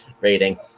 rating